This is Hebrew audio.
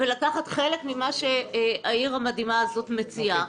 ולקחת חלק ממה שהעיר המדהימה הזאת מציעה.